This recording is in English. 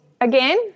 again